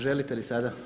Želite li sada?